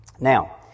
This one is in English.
Now